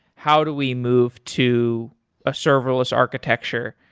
how do we move to a serverless architecture,